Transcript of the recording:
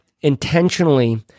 intentionally